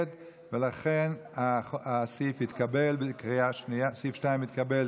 ולכן סעיף 2 התקבל